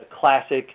classic